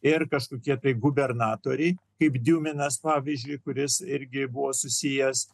ir kažkokie kai gubernatoriai kaip diominas pavyzdžiui kuris irgi buvo susijęs